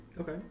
Okay